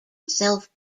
self